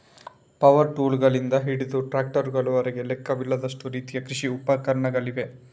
power ಟೂಲ್ಗಳಿಂದ ಹಿಡಿದು ಟ್ರಾಕ್ಟರುಗಳವರೆಗೆ ಲೆಕ್ಕವಿಲ್ಲದಷ್ಟು ರೀತಿಯ ಕೃಷಿ ಉಪಕರಣಗಳಿವೆ